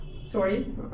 sorry